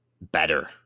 better